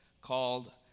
called